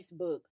Facebook